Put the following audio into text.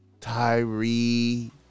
Tyree